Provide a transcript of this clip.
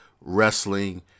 wrestling